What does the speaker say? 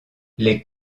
les